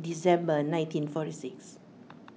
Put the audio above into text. December nineteen forty six